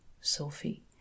Sophie